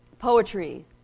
Poetry